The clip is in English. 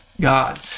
God